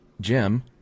Jim